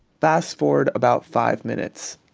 fast forward about five minutes